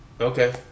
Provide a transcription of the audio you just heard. Okay